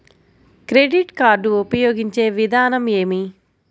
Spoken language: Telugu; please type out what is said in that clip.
క్రెడిట్ కార్డు ఉపయోగించే విధానం ఏమి?